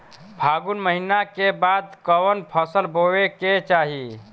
फागुन महीना के बाद कवन फसल बोए के चाही?